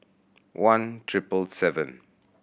one triple seven